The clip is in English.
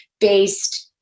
based